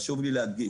חשוב לי להדגיש,